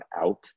out